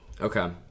Okay